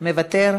מוותר,